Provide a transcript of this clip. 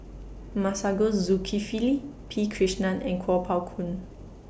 Masagos Zulkifli P Krishnan and Kuo Pao Kun